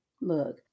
Look